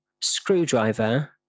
screwdriver